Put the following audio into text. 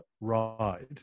ride